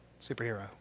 superhero